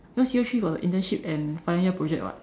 cause year three got the internship and final year project [what]